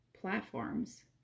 platforms